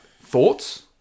Thoughts